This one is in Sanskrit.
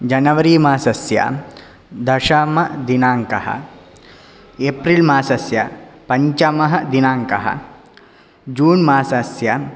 जनवरी मासस्य दशमदिनाङ्कः एप्रिल् मासस्य पञ्चमः दिनाङ्कः जून् मासस्य